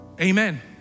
Amen